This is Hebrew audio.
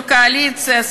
בקואליציה,